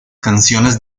canciones